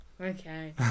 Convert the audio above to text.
Okay